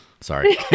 Sorry